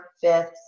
fifth